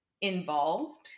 involved